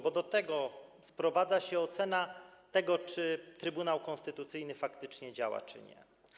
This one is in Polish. Bo do tego sprowadza się ocena tego, czy Trybunał Konstytucyjny faktycznie działa, czy nie.